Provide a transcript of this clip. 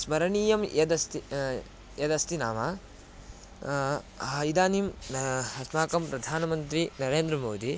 स्मरणीयं यदस्ति यदस्ति नाम इदानीं अस्माकं प्रधानमन्त्री नरेन्द्रमोदी